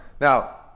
Now